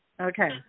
okay